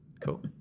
Cool